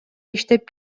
иштеп